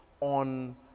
on